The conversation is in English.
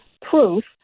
proof